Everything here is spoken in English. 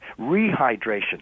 rehydration